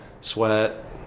sweat